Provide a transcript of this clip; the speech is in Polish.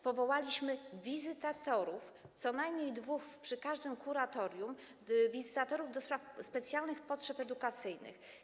Powołaliśmy wizytatorów, co najmniej dwóch przy każdym kuratorium, wizytatorów do spraw specjalnych potrzeb edukacyjnych.